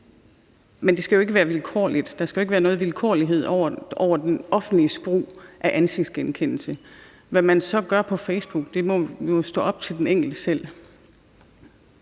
her med Brøndby kontra iPhone. Men der skal jo ikke være noget vilkårlighed over det offentliges brug af ansigtsgenkendelse. Hvad man så gør på Facebook, må være op til den enkelte selv.